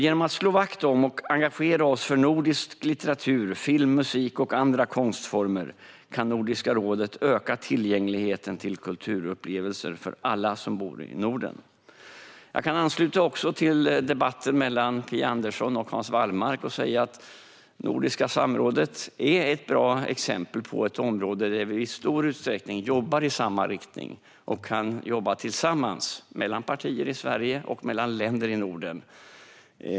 Genom att slå vakt om och engagera oss för nordisk litteratur, film, musik och andra konstformer kan Nordiska rådet öka tillgängligheten till kulturupplevelser för alla som bor i Norden. Jag kan också ansluta mig till debatten mellan Phia Andersson och Hans Wallmark och säga att det nordiska samrådet är ett bra exempel på ett område där vi i stor utsträckning jobbar i samma riktning och kan jobba tillsammans mellan partier i Sverige och mellan länder i Norden.